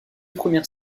premières